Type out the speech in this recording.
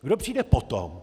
Kdo přijde potom?